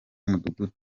umudugudu